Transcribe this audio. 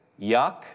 yuck